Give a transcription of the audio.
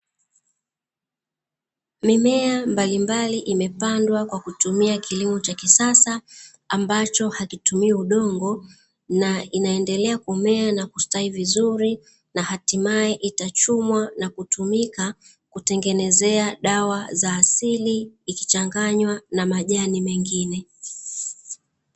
Mimea mbalimbali imepandwa bila kutumia udongo